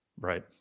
Right